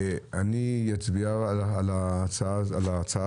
אני אצביע על הצו.